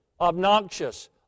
obnoxious